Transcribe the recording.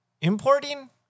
Importing